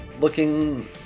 looking